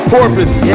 Porpoise